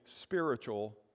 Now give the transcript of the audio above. spiritual